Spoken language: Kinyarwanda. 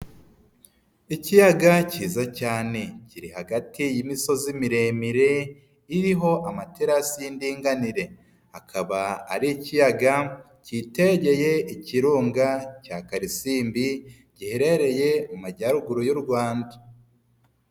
Ikiyaga kiza cyane kiri hagati y'imisozi miremire iriho amaterasi y'indinganire, akaba ari ikiyaga kitegeye ikirunga cya Karisimbi giherereye mu Majyaruguru y'u Rwanda.